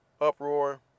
Uproar